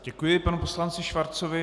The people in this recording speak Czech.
Děkuji panu poslanci Schwarzovi.